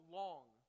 long